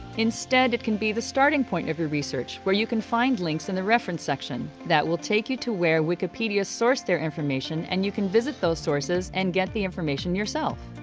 instead it can be the starting point of your research where you can find links in the reference section that will take you to where wikipedia sourced their information and you can visit those sources and get the information yourself.